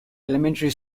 elementary